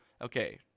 Okay